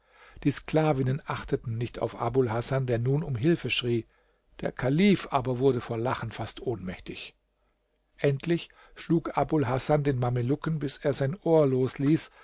die sklavinnen achteten nicht auf abul hasan der nun um hilfe schrie der kalif aber wurde vor lachen fast ohnmächtig endlich schlug abul hasan den mamelucken bis er sein ohr losließ